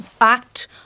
act